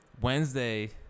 Wednesday